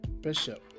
Bishop